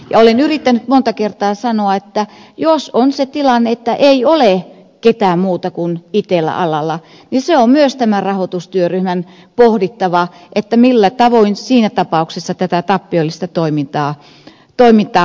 olen yrittänyt monta kertaa sanoa että jos tilanne on se että ei ole ketään muuta kuin itella alalla niin se on myös tämän rahoitustyöryhmän pohdittava millä tavoin siinä tapauksessa tätä tappiollista toimintaa hoidetaan